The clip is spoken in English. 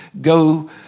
go